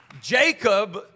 Jacob